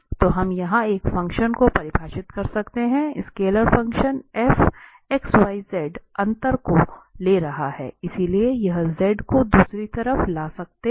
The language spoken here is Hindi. तो हम यहां एक फ़ंक्शन को परिभाषित कर सकते हैं स्केलर फंक्शन fxyz अंतर को ले रहा है इसलिए यह z को दूसरी तरफ ला सकते है